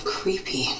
creepy